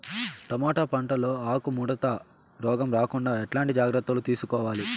Tomato పంట లో ఆకు ముడత రోగం రాకుండా ఎట్లాంటి జాగ్రత్తలు తీసుకోవాలి?